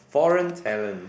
foreign talent